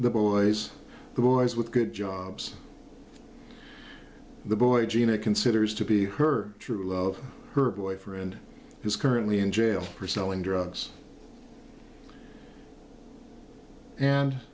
the boys the boys with good jobs the boy gina considers to be her true love her boyfriend is currently in jail for selling drugs and